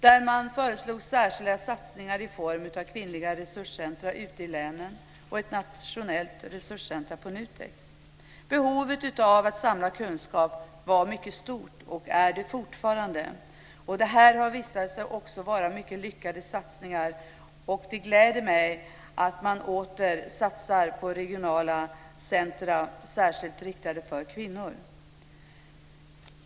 Där föreslog man särskilda satsningar i form av kvinnliga resurscentrum ute i länen och ett nationellt resurscentrum på NUTEK. Behovet av att samla kunskap var mycket stort, och är det fortfarande. Det här har också visat sig vara mycket lyckade satsningar. Det gläder mig att man åter satsar på regionala centrum särskilt riktade till kvinnor.